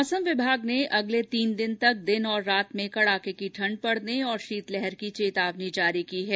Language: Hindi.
मौसम विभाग ने अगले तीन दिन तक दिन तथा रात में कड़ाके ठंड पड़ने तथा शीतलहर की चेतावनी जारी की है